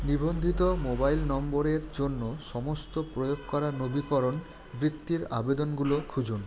নিবন্ধিত মোবাইল নম্বরের জন্য সমস্ত প্রয়োগ করা নবীকরণ বৃত্তির আবেদনগুলো খুঁজুন